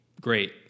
Great